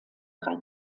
drei